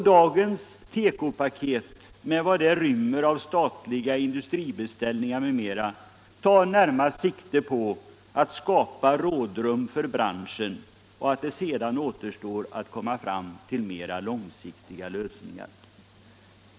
Dagens tekopaket med vad det rymmer av statliga industribeställningar m.m. tar närmast sikte på att skapa rådrum för branschen, och sedan återstår det att komma fram till mera långsiktiga lösningar.